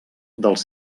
dels